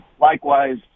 likewise